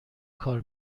کار